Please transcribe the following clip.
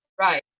Right